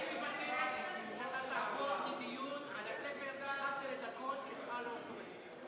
אני מבקש שאתה תעבור לדיון על הספר "אחת-עשרה דקות" של פאולו קואלו.